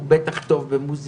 הוא בטח במוסיקה,